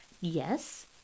Yes